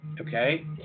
okay